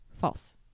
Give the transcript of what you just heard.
false